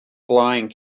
flying